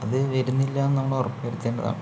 അത് വരുന്നില്ല എന്ന് നമ്മൾ ഉറപ്പു വരുത്തേണ്ടതാണ്